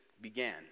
began